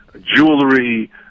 jewelry